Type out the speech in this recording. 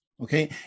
Okay